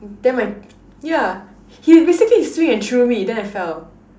then my ya he basically swing and threw me then I fell